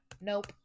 Nope